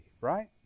right